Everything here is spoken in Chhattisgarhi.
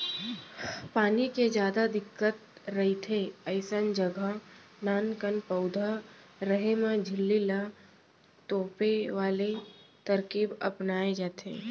पानी के जादा दिक्कत रहिथे अइसन जघा नानकन पउधा रेहे म झिल्ली ल तोपे वाले तरकीब अपनाए जाथे